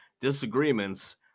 disagreements